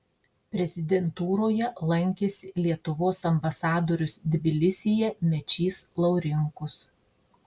prezidentūroje lankėsi lietuvos ambasadorius tbilisyje mečys laurinkus